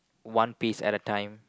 one piece at a time